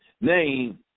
name